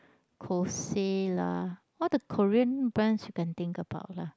Kose lah all the Korean brands you can think about lah